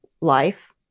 life